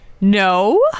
No